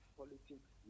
politics